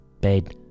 bed